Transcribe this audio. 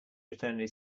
attorney